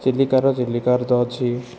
ଚିଲିକାର ଚିଲିକା ହ୍ରଦ ଅଛି